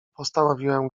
postanowiłem